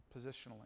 positionally